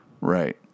Right